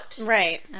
Right